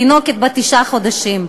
תינוקת בת תשעה חודשים.